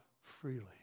freely